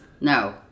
No